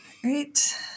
Great